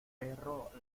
perro